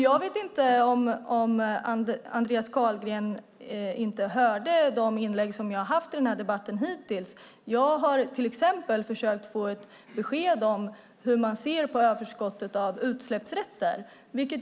Jag vet inte om Andreas Carlgren hört de inlägg som jag hittills haft i den här debatten. Jag har till exempel försökt få besked om hur man ser på överskottet av utsläppsrätter.